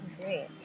Great